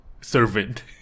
servant